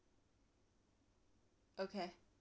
okay